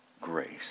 grace